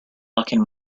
blocking